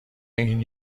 این